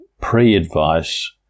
pre-advice